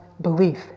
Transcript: belief